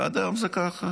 ועד היום זה כך.